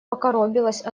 покоробилась